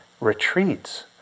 retreats